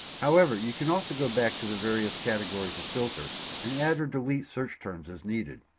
however, you can also go back to the various categories of filter and add or delete search terms as needed.